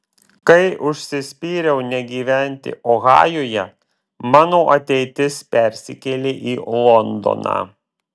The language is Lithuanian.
kai užsispyriau negyventi ohajuje mano ateitis persikėlė į londoną